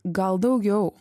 gal daugiau